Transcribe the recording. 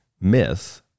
myth